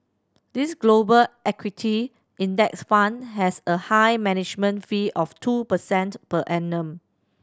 this Global Equity Index Fund has a high management fee of two percent per annum